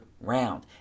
round